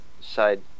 side